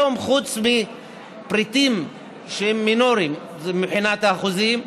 היום, חוץ מפריטים שהם מינוריים מבחינת האחוזים,